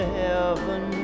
heaven